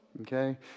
okay